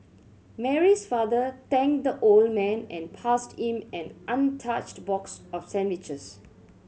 Mary's father thanked the old man and passed him an untouched box of sandwiches